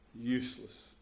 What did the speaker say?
Useless